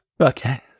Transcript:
Okay